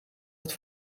het